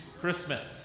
Christmas